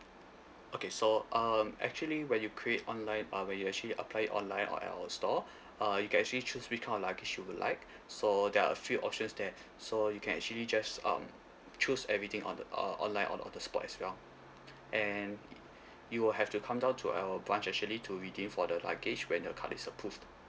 okay so um actually when you create online uh when you actually apply online or at our store uh you can actually choose which kind of luggage you would like so there are a few options there so you can actually just um choose everything on uh online on on the spot as well and you will have to come down to our branch actually to redeem for the luggage when your card is approved